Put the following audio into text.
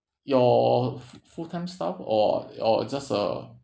your f~ full time staff or or just a